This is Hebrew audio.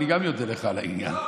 אני גם אודה לך על העניין.